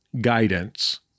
guidance